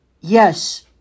yes